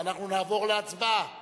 ואנחנו נעבור להצבעה